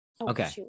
Okay